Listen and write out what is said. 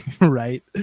Right